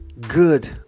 good